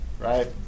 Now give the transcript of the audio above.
Right